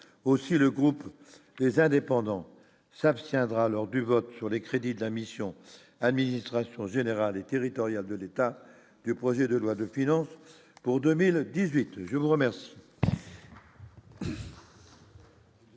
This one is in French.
aussi le groupe des indépendants s'abstiendra lors du vote sur les crédits de la mission, administration générale et territoriale de l'État, du projet de loi de finances pour 2018, je vous remercie.